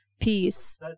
peace